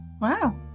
Wow